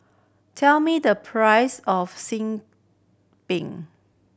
tell me the price of xin Bin